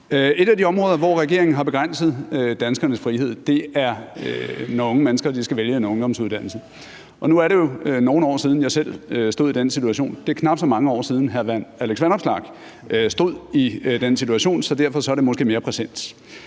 Et af de områder, hvor regeringen har begrænset danskernes frihed, er, når unge mennesker skal vælge en ungdomsuddannelse. Nu er det jo nogle år siden, jeg selv stod i den situation. Det er knap så mange år siden, hr. Alex Vanopslagh stod i den situation, så derfor er det måske mere præsent.